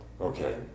okay